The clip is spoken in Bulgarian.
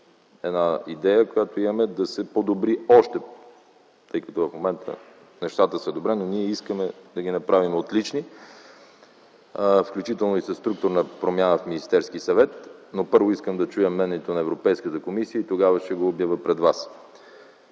една идея, която имаме, тъй като в момента нещата са добри, но ние искаме да ги направим отлични, включително и със структурна промяна в Министерския съвет, но първо искам да чуя мнението на Европейската комисия и тогава ще го обявя пред вас.